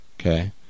Okay